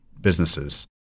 businesses